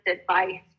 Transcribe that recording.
advice